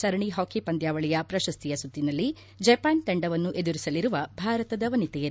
ಸರಣಿ ಹಾಕಿ ಪಂದ್ವಾವಳಿಯ ಪ್ರಶಸ್ತಿಯ ಸುತಿನಲ್ಲಿ ಜಪಾನ್ ತಂಡವನ್ನು ಎದುರಿಸಲಿರುವ ಭಾರತದ ವನಿತೆಯರು